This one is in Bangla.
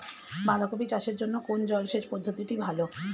বাঁধাকপি চাষের জন্য কোন জলসেচ পদ্ধতিটি ভালো?